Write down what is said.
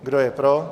Kdo je pro?